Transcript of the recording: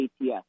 ATS